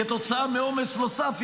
כתוצאה מעומס נוסף,